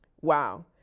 Wow